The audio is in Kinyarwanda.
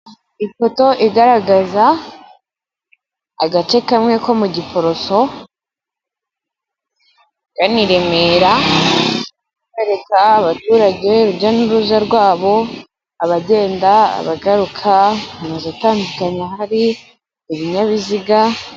Ifoto igaragaza agace kamwe ko mu giporoso hano i Remera, iratwereka abaturage urujya n'uruza rwabo, abagenda, abagaruka, amazu atandukanye ahari, ibinyabiziga...